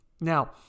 Now